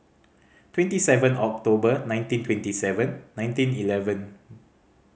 twenty seven October nineteen twenty seven nineteen eleven